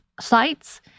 sites